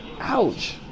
Ouch